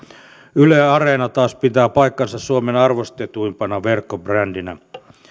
yle areena taas pitää paikkansa suomen arvostetuimpana verkkobrändinä